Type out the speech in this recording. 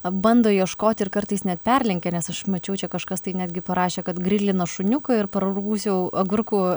bando ieškoti ir kartais net perlenkia nes aš mačiau čia kažkas tai netgi parašė kad grilina šuniuką ir prarūgusių agurkų